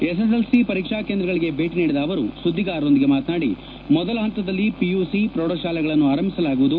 SSLC ಪರೀಕ್ಷಾ ಕೇಂದ್ರಗಳಿಗೆ ಭೇಟ ನೀಡಿದ ಅವರು ಸುದ್ದಿಗಾರರೊಂದಿಗೆ ಮಾತನಾಡಿ ಮೊದಲ ಪಂತದಲ್ಲಿ ಪಿಯುಸಿ ಪ್ರೌಢಶಾಲೆಗಳನ್ನು ಆರಂಭಿಸಲಾಗುವುದು